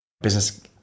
business